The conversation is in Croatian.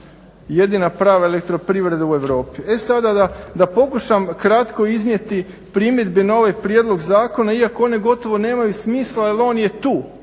jedina prava elektroprivreda u Europi. E sada da pokušam kratko iznijeti primjedbe na ovaj prijedlog zakona iako one gotovo nemaju smisla jer on je tu.